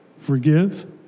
Forgive